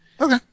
Okay